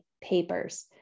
papers